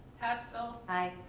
hessell. aye.